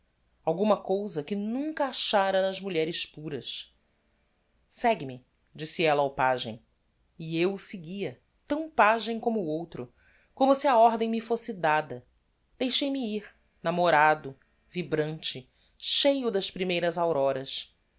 alguma cousa que nunca achara nas mulheres puras segue-me disse ella ao pagem e eu segui-a tão pagem como o outro como se a ordem me fosse dada deixei-me ir namorado vibrante cheio das primeiras auroras